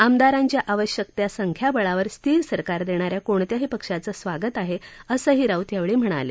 आमदारांच्या आवश्यक त्या संख्याबळावर स्थिर सरकार देणाऱ्या कोणत्याही पक्षाचं स्वागत आहे असंही राऊत यावेळी म्हणाले